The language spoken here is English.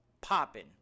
popping